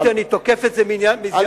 אמרתי שאני תוקף את זה מכיוון אחר,